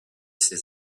ses